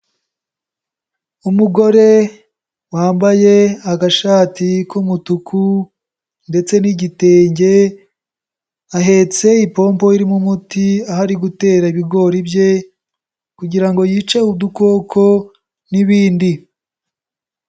Umugore wambaye agashati k'umutuku ndetse n'igitenge, ahetse ipompo irimo umuti aho ari gutera ibigori bye kugira ngo yice udukoko n'ibindi.